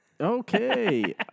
Okay